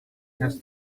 has